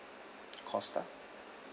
costa